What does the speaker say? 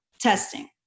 testing